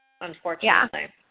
unfortunately